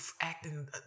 acting